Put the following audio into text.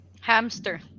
hamster